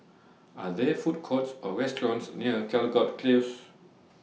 Are There Food Courts Or restaurants near Caldecott Close